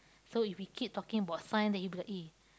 so if we keep talking about science then he be like eh